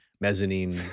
mezzanine